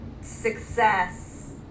success